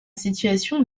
situation